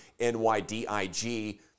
NYDIG